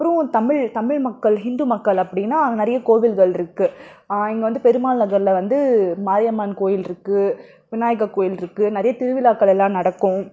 அப்புறோம் தமிழ் தமிழ் மக்கள் ஹிந்து மக்கள் அப்படின்னா அங்கே நிறைய கோவில்கள்ருக்கு இங்கே வந்து பெருமாள் நகரில் வந்து மாரியம்மன் கோயில்ருக்கு விநாயக கோயிலிருக்கு நிறைய திருவிழாக்கள் எல்லாம் நடக்கும்